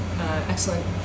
excellent